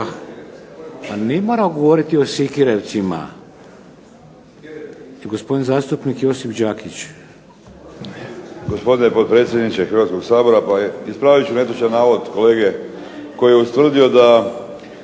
A ne mora govoriti o Sikirevcima. I gospodin zastupnik Josip Đakić. **Đakić, Josip (HDZ)** Gospodine potpredsjedniče Hrvatskog sabora. Pa ispravit ću netočan navod kolege koji je ustvrdio da